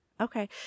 Okay